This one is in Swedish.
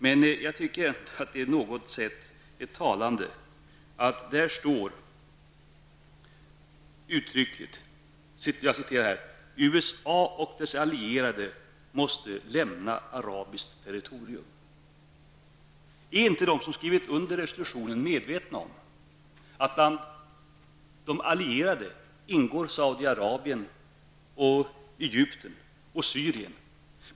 Men jag tycker att det på något sätt är talande att där står uttryckligen: ''USA och dess allierade måste lämna arabiskt territorium.'' Är inte de som har skrivit under resolutionen medvetna om att bland de allierade ingår Saudiarabien, Egypten och Syrien.